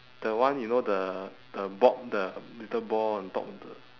the one you know the the ba~ the little ball on top of the